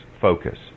focus